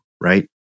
right